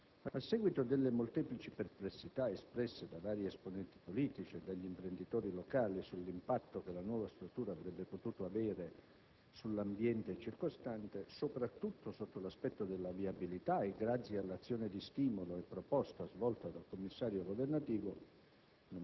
A seguito delle molteplici perplessità espresse da vari esponenti politici e dagli imprenditori locali sull'impatto che la nuova struttura avrebbe potuto avere sull'ambiente circostante, soprattutto sotto l'aspetto della viabilità, e grazie all'azione di stimolo e proposta svolta dal commissario governativo